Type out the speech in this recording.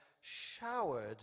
showered